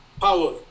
power